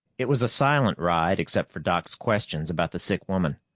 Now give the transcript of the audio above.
it was a silent ride, except for doc's questions about the sick woman.